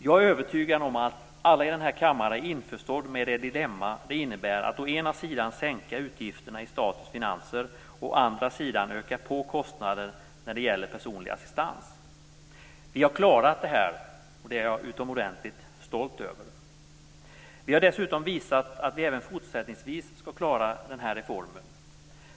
Jag är övertygad om att alla i kammaren är införstådda med det dilemma det innebär att å ena sidan sänka utgifterna i statens finanser, och å andra sidan öka på kostnader när det gäller personlig assistans. Vi har klarat det, och det är jag utomordentligt stolt över. Vi har dessutom visat att vi även fortsättningsvis skall klara den här reformen.